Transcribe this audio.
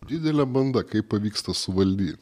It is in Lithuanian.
didelė banda kaip pavyksta suvaldyt